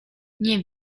nie